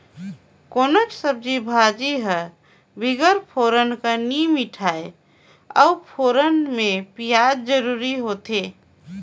कोनोच सब्जी भाजी हर बिगर फोरना कर नी मिठाए अउ फोरना में पियाज जरूरी होथे